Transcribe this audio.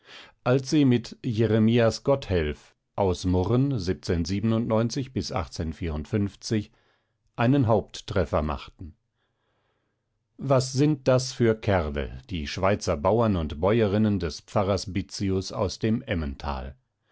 als sie mit jeremias gotthelf aus murren einen haupttreffer machten was sind das für kerle die schweizer bauern und bäuerinnen des pfarrers bitzius aus dem emmental